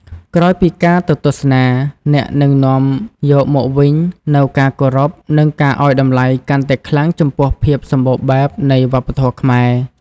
ក្រោយពីការទៅទស្សនា អ្នកនឹងនាំយកមកវិញនូវការគោរព និងការឱ្យតម្លៃកាន់តែខ្លាំងចំពោះភាពសម្បូរបែបនៃវប្បធម៌ខ្មែរ។